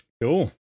Cool